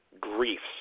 Griefs